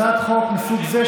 הצעת חוק מסוג זה,